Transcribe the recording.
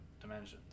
dimensions